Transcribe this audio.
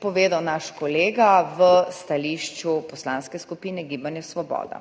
povedal naš kolega v stališču Poslanske skupine Gibanja Svoboda.